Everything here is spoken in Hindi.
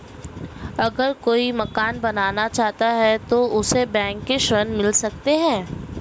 अगर कोई मकान बनाना चाहे तो उसे बैंक से ऋण मिल सकता है?